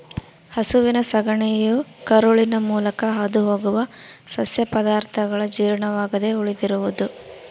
ಹಸುವಿನ ಸಗಣಿಯು ಕರುಳಿನ ಮೂಲಕ ಹಾದುಹೋಗುವ ಸಸ್ಯ ಪದಾರ್ಥಗಳ ಜೀರ್ಣವಾಗದೆ ಉಳಿದಿರುವುದು